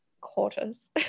Quarters